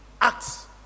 acts